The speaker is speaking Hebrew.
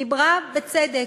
היא דיברה בצדק,